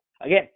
Again